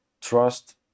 trust